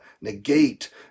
negate